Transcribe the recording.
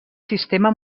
sistema